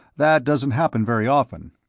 that doesn't happen very often.